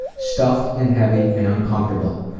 stuffed and heavy and uncomfortable,